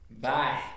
Bye